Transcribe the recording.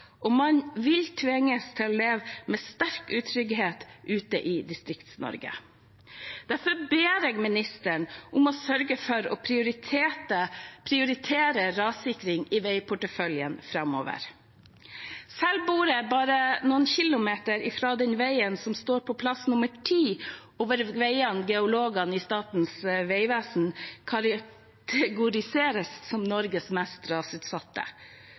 og man vil tvinges til å leve med en sterk utrygghet ute i Distrikts-Norge. Derfor ber jeg ministeren om å sørge for å prioritere rassikring i veiporteføljen framover. Selv bor jeg bare noen kilometer fra den veien som står på tiende plass over veier geologene i Statens vegvesen kategoriserer som Norges